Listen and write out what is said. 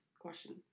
question